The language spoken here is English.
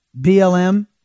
BLM